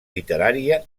literària